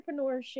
entrepreneurship